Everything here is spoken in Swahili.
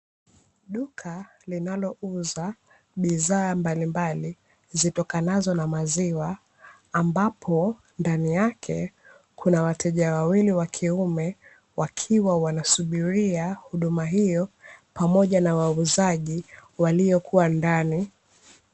Duka linalouza bidhaa mbalimbali zitokanazo na maziwa, ambapo ndani yake kuna wateja wawili wa kiume, wakiwa wanasubiria huduma hiyo pamoja na wauzaji waliokuwa ndani.